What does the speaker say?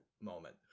moment